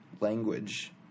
language